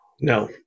No